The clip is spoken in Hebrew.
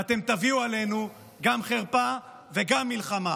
ואתם תביאו עלינו גם חרפה וגם מלחמה.